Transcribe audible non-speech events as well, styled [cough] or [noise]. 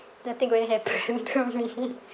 nothing going to happen [laughs] to me [laughs]